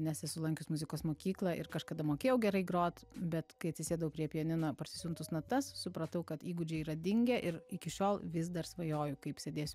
nes esu lankius muzikos mokyklą ir kažkada mokėjau gerai grot bet kai atsisėdau prie pianino parsisiuntus natas supratau kad įgūdžiai yra dingę ir iki šiol vis dar svajoju kaip sėdėsiu